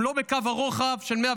הם לא בקו הרוחב של 115,